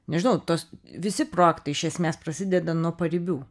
nežinau tos visi projektai iš esmės prasideda nuo paribių